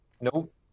Nope